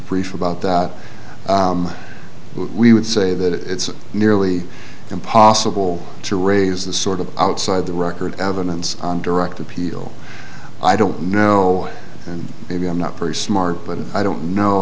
brief about that we would say that it's nearly impossible to raise the sort of outside the record evidence on direct appeal i don't know and maybe i'm not very smart but i don't know